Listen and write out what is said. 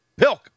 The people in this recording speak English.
Pilk